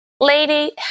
Lady